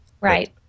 Right